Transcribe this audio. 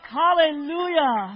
hallelujah